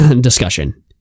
discussion